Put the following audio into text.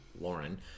lauren